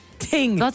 Ting